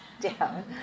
down